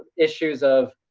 issues of